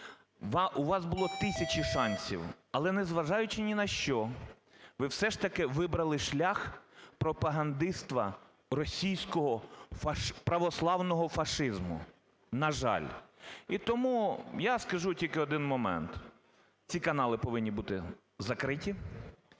У вас було тисячі шансів. Але не зважаючи ні на що, ви все ж таки вибрали шлях пропагандиства "російського православного фашизму", на жаль. І тому я скажу тільки один момент: ці канали повинні бути закриті,